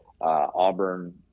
Auburn